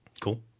Cool